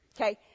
Okay